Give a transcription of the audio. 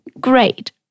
great